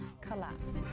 collapsed